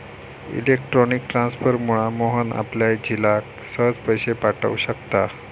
electronic ट्रांसफरमुळा मोहन आपल्या झिलाक सहज पैशे पाठव शकता